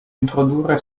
introdurre